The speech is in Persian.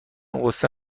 غصه